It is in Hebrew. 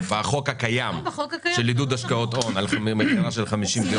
זה בחוק הקיים של עידוד השקעות הון על מכירה של 50 דירות.